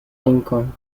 lincoln